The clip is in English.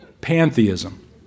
Pantheism